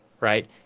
right